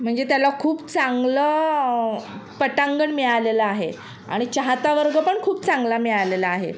म्हणजे त्याला खूप चांगलं पटांगण मिळालेलं आहे आणि चाहता वर्ग पण खूप चांगला मिळालेला आहे